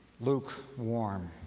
lukewarm